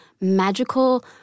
magical